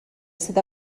sydd